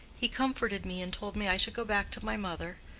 he comforted me, and told me i should go back to my mother.